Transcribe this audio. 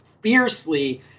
fiercely